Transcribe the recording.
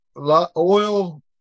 oil